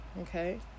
okay